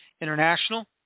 international